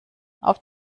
auf